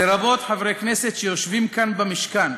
לרבות חברי כנסת שיושבים כאן במשכן,